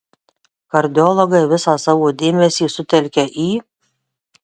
kardiologai visą savo dėmesį sutelkia į